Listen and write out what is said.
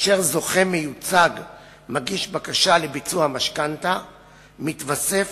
כאשר זוכה מיוצג מגיש בקשה לביצוע המשכנתה מתווסף